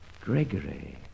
Gregory